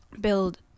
build